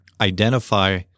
identify